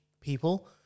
people